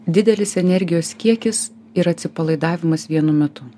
didelis energijos kiekis ir atsipalaidavimas vienu metu